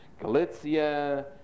Galicia